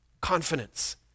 confidence